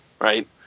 right